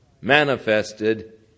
Manifested